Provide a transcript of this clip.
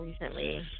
Recently